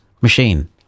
machine